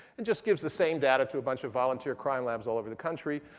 and just gives the same data to a bunch of volunteer crime labs all over the country.